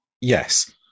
yes